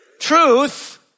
truth